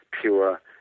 pure